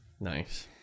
Nice